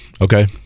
Okay